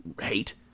hate